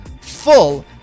full